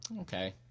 Okay